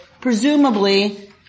presumably